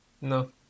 No